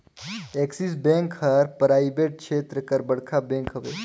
axis bank हर private छेत्र कर बड़खा बेंक हवे